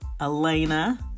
Elena